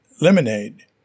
lemonade